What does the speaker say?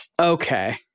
Okay